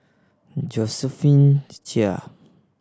Josephine Chia